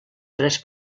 tres